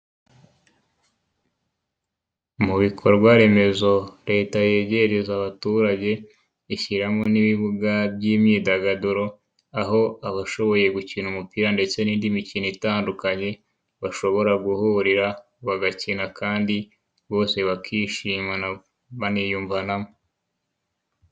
Mu bikorwa remezo Leta yegereza abaturage, ishyiramo n'ibibuga by'imyidagaduro, aho abashoboye gukina umupira ndetse n'indi mikino itandukanye bashobora guhurira, bagakina kandi bose bakishimana baniyumvanamo.